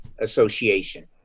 association